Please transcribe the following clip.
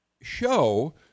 show